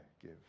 give